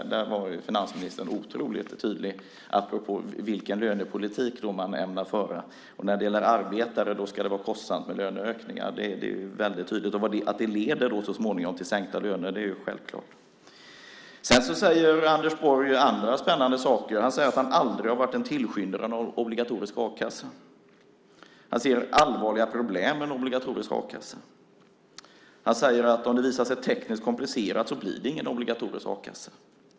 Där var finansministern otroligt tydlig apropå vilken lönepolitik man ämnar föra. När det gäller arbetare ska det vara kostsamt med löneökningar. Det är väldigt tydligt. Att det så småningom leder till sänkta löner är självklart. Anders Borg säger också andra spännande saker. Han säger att han aldrig har varit en tillskyndare av obligatorisk a-kassa. Han ser allvarliga problem med en obligatorisk a-kassa. Han säger att om det visar sig tekniskt komplicerat blir det ingen obligatorisk a-kassa.